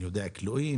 אני ודע כלואים,